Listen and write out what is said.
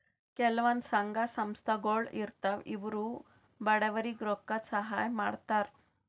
ಕೆಲವಂದ್ ಸಂಘ ಸಂಸ್ಥಾಗೊಳ್ ಇರ್ತವ್ ಇವ್ರು ಬಡವ್ರಿಗ್ ರೊಕ್ಕದ್ ಸಹಾಯ್ ಮಾಡ್ತರ್